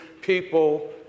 people